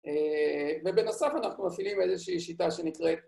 ובנוסף אנחנו מפעילים איזושהי שיטה שנקראת